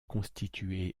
constitué